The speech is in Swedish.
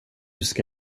ska